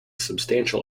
substantial